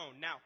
Now